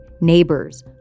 neighbors